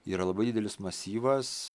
yra labai didelis masyvas